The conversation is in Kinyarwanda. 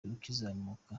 ukizamuka